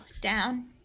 down